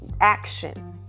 action